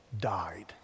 died